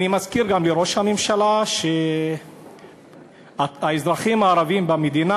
אני מזכיר גם לראש הממשלה שהאזרחים הערבים במדינה